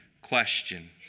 question